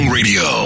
Radio